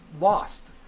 lost